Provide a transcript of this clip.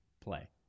play